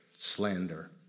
slander